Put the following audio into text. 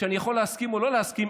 שאני יכול להסכים או לא להסכים,